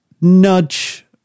nudge